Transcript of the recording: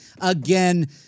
again